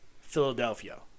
Philadelphia